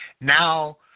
now